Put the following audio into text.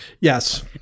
Yes